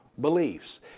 beliefs